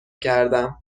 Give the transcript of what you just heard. کردم